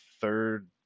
third